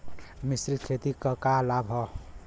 मिश्रित खेती क का लाभ ह?